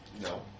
No